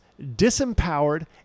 disempowered